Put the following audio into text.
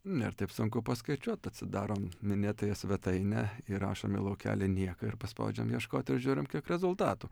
nėr taip sunku paskaičiuot atsidarom minėtąją svetainę įrašom į laukelį nieką ir paspaudžiam ieškoti ir žiūrim kiek rezultatų